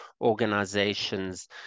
organizations